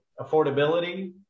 affordability